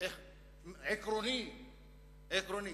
דיון עקרוני,